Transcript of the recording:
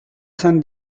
san